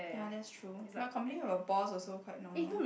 ya that's true but complaining about boss also quite normal